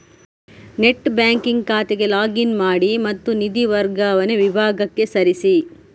net banking ಖಾತೆಗೆ log in ಮಾಡಿ ಮತ್ತು ನಿಧಿ ವರ್ಗಾವಣೆ ವಿಭಾಗಕ್ಕೆ ಸರಿಸಿ